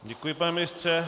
Děkuji, pane ministře.